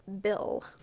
Bill